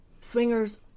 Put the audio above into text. swingers